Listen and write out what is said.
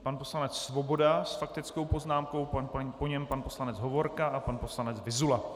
Pan poslanec Svoboda s faktickou poznámkou, po něm pan poslanec Hovorka a pan poslanec Vyzula.